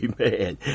Amen